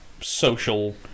social